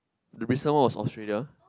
the recent one was Australia